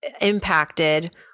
impacted